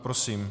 Prosím.